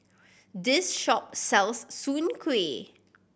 this shop sells Soon Kuih